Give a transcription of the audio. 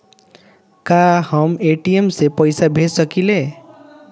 का हम ए.टी.एम से पइसा भेज सकी ले?